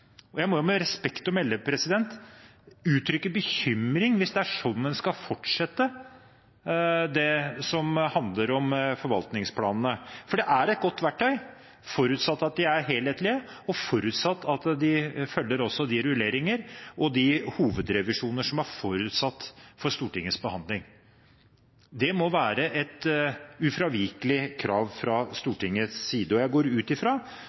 svaret. Jeg må med respekt å melde uttrykke bekymring hvis det er sånn en skal fortsette det som handler om forvaltningsplanene. For det er et godt verktøy, forutsatt at de er helhetlige, og forutsatt at de følger også de rulleringer og de hovedrevisjoner som er forutsatt for Stortingets behandling. Det må være et ufravikelig krav fra Stortingets side, og jeg går også ut